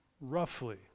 Roughly